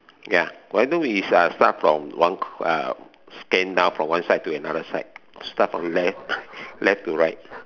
ya why don't we ah start from scan down from one side to the other side start from left left to right